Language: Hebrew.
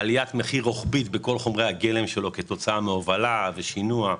עלייה רוחבית במחירי חומרי הגלם כהוצאה מעליית מחירי השינוע.